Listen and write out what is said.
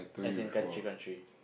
as in country country